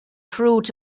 fruit